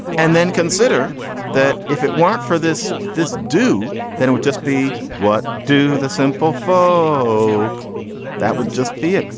and then consider that if it weren't for this, this do, then it would just be. what do the simple folk that would just be it?